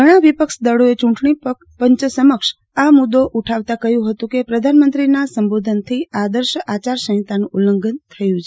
ઘણા વિપક્ષો દળોએ ચૂંટણી પંચ સમક્ષ આ મુદો ઉઠાવતા કહ્યું હતું કે પ્રધાનમંત્રીના સંબોધનથી આદર્શ આચારસંહિતાનું ઉલ્લંઘન થયું છે